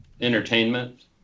entertainment